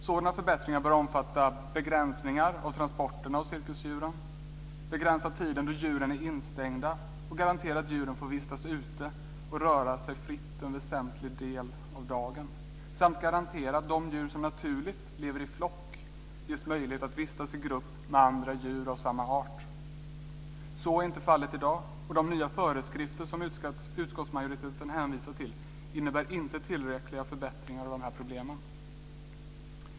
Sådana förbättringar bör omfatta begränsning av transporterna av cirkusdjuren, begränsning av tiden då djuren är instängda, garanti att djuren får vistas ute och röra sig fritt en väsentligt del av dagen samt garanti för att de djur som naturligt lever i flock ges möjlighet att vistas i grupp med andra djur av samma art. Så är inte fallet i dag, och de nya föreskrifter som utskottsmajoriteten hänvisar till innebär inte tillräckliga förbättringar av de här problemen.